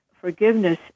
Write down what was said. forgiveness